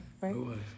right